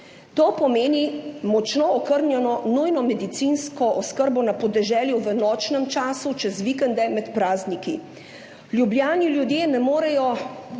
To pomeni močno okrnjeno nujno medicinsko oskrbo na podeželju v nočnem času, čez vikende, med prazniki. V Ljubljani ljudje ne morejo